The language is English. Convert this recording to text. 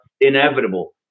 inevitable